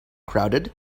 crowded